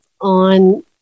on